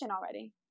already